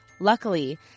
Luckily